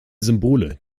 symbole